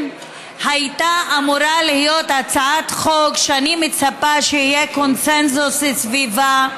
הייתה אמורה להיות הצעת חוק שאני מצפה שיהיה קונסנזוס סביבה,